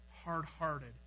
hard-hearted